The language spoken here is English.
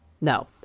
No